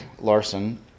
Larson